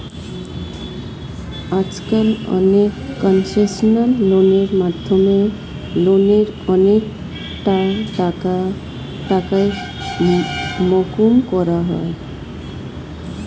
আজকাল অনেক কনসেশনাল লোনের মাধ্যমে লোনের অনেকটা টাকাই মকুব করা যায়